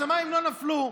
השמיים לא נפלו,